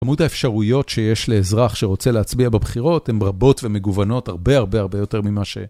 כמות האפשרויות שיש לאזרח שרוצה להצביע בבחירות הן רבות ומגוונות הרבה הרבה הרבה יותר ממה ש...